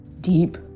deep